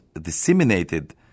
disseminated